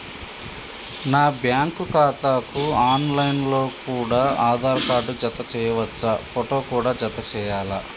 నా బ్యాంకు ఖాతాకు online లో కూడా ఆధార్ కార్డు జత చేయవచ్చా ఫోటో కూడా జత చేయాలా?